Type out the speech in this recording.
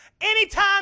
anytime